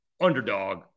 underdog